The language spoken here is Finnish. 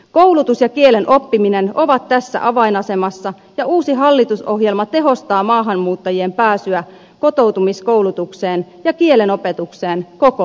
koulutus ja kielen oppiminen ovat tässä avainasemassa ja uusi hallitusohjelma tehostaa maahanmuuttajien pääsyä kotoutumiskoulutukseen ja kielen opetukseen koko maassa